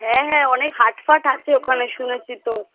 হ্যাঁ হ্যাঁ অনেক হাট ফাট আছে ওখানে শুনেছি তো